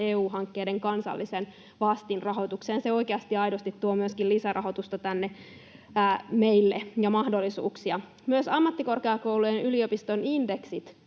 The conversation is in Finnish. EU-hankkeiden kansalliseen vastinrahoitukseen. Se oikeasti ja aidosti tuo tänne meille myöskin lisärahoitusta ja mahdollisuuksia. Myös ammattikorkeakoulujen ja yliopistojen indeksit